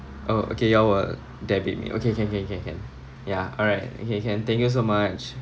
uh okay you'll uh debit me okay can can can can ya alright okay can thank you so much